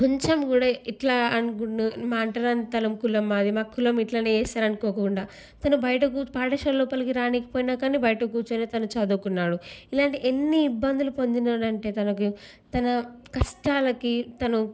కొంచెం కూడా ఇట్లా అనుకుండు మా అంటరానితలం కులం మాది మా కులం ఇట్లనే వేసారనుకోకుండా తను బయట కూ పాఠశాలలోపలికి రానీకపోయినా కానీ బయట కూర్చోనే తను చదువుకున్నాడు ఇలాంటి ఎన్ని ఇబ్బందులు పొందిన్నాడంటే తనకి తన కష్టాలకి తను